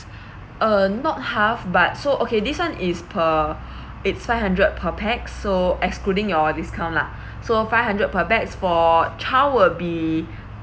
uh not half but so okay this one is per it's five hundred per pax so excluding your discount lah so five hundred per pax for child would be